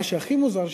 מה שהכי מוזר,